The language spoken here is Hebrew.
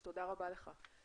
אז תודה רבה לך.